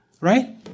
right